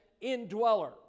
indweller